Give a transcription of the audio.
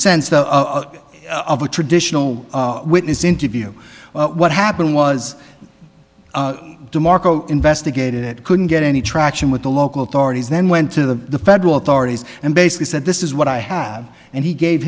sense of a traditional witness interview what happened was demarco investigated it couldn't get any traction with the local authorities then went to the federal authorities and basically said this is what i have and he gave